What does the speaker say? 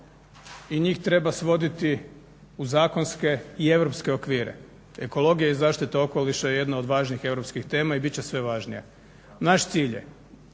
i njih treba svoditi u zakonske i europske okvire. Ekologija i zaštita okoliša je jedna od važnih europskih tema i bit će sve važnija. Naš cilj je,